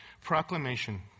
proclamation